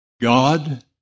God